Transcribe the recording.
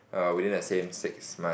err within the same six month